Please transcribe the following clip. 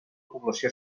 població